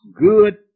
Good